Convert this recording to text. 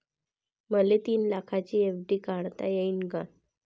मले तीन लाखाची एफ.डी काढता येईन का?